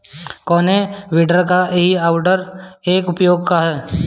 कोनो विडर का ह अउर एकर उपयोग का ह?